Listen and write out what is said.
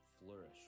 flourish